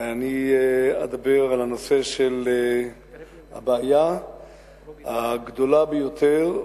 אני אדבר על הבעיה הגדולה ביותר,